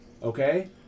Okay